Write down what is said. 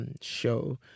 show